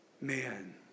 man